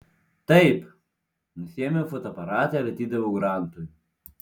taip nusiėmiau fotoaparatą ir atidaviau grantui